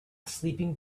sleeping